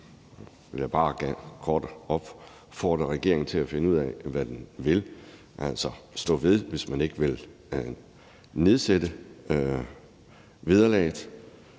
jeg bare kort opfordre regeringen til at finde ud af, hvad den vil, altså stå ved det, hvis man ikke vil nedsætte vederlaget,